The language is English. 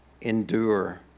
endure